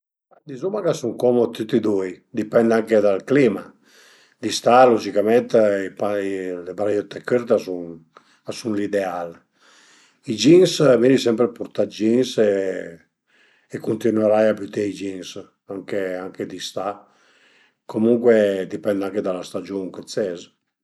Dizuma ch'a sun comud tüti e dui, dipend anche dal clima, d'istà lugicament ün parei, le braiëtte cürte a sun a sun l'ideal. I jeans mi l'ai sempre purtà d'jeans e cuntinuerai a büté i jeans anche anche d'istà, comuncue a dipend anche da la stagiun chë ses